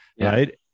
right